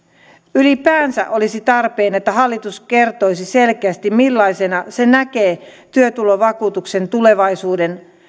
ylipäänsä olisi tarpeen että hallitus kertoisi selkeästi millaisena se näkee työtulovakuutuksen tulevaisuuden